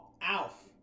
Alf